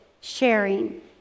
sharing